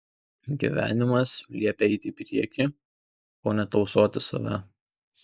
gyvenimas liepia eiti į priekį o ne tausoti save